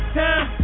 time